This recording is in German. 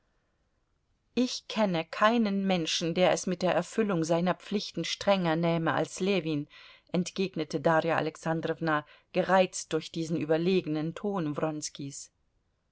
ich kenne keinen menschen der es mit der erfüllung seiner pflichten strenger nähme als ljewin entgegnete darja alexandrowna gereizt durch diesen überlegenen ton